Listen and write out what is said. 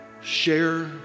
Share